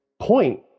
point